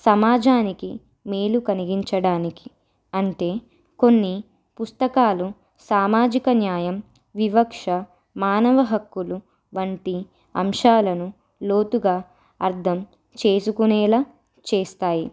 సమాజానికి మేలు కలిగించడానికి అంటే కొన్ని పుస్తకాలు సామాజిక న్యాయం వివక్ష మానవ హక్కులు వంటి అంశాలను లోతుగా అర్థం చేసుకునేలా చేస్తాయి